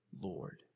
Lord